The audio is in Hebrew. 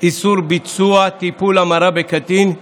איסור ביצוע טיפול המרה בקטין,